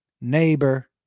neighbor